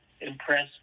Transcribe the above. impressed